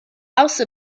house